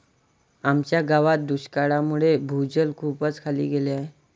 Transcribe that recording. आमच्या गावात दुष्काळामुळे भूजल खूपच खाली गेले आहे